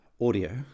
audio